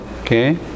okay